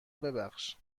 ببخش